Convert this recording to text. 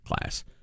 class